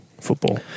football